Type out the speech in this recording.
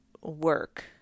work